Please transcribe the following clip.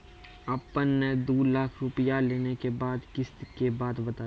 आपन ने दू लाख रुपिया लेने के बाद किस्त के बात बतायी?